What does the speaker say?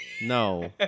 No